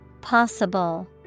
Possible